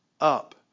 up